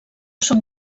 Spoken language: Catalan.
són